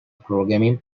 programming